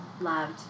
loved